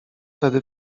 tedy